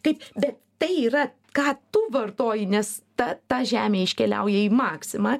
kaip bet tai yra ką tu vartoji nes ta ta žemė iškeliauja į maksimą